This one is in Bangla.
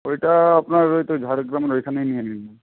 ওইটা আপনার ওই তো ঝাড়গ্রামের ওইখানেই নিয়ে নিন